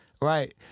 right